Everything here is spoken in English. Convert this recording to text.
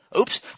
Oops